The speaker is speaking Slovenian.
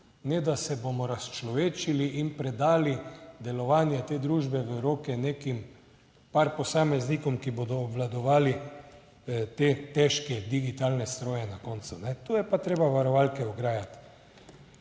ne da se bomo razčlovečili in predali delovanje te družbe v roke nekim par posameznikom, ki bodo obvladovali te težke digitalne stroje na koncu - tu je pa treba varovalke ograjati.